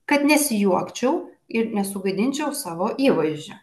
kad nesijuokčiau ir nesugadinčiau savo įvaizdžio